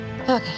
Okay